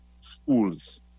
schools